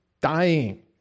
dying